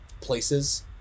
places